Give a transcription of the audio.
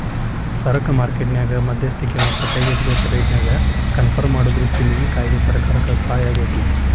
ಸರಕ ಮಾರ್ಕೆಟ್ ನ್ಯಾಗ ಮಧ್ಯಸ್ತಿಕಿ ಮತ್ತ ಕೈಗೆಟುಕುವ ರೇಟ್ನ್ಯಾಗ ಕನ್ಪರ್ಮ್ ಮಾಡೊ ದೃಷ್ಟಿಯಿಂದ ಈ ಕಾಯ್ದೆ ಸರ್ಕಾರಕ್ಕೆ ಸಹಾಯಾಗೇತಿ